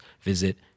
visit